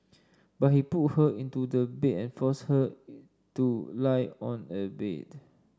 but he pulled her into the bed and forced her to lie on a bed